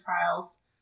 trials